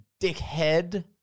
Dickhead